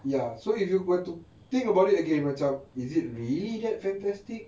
ya so if you were to think about it again macam is it really that fantastic